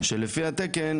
שלפי התקן,